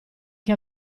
che